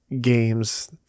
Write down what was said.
games